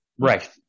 Right